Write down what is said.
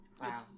Wow